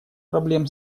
проблем